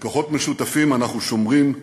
"בכוחות משותפים אנחנו שומרים"